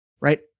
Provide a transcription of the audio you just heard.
Right